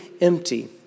empty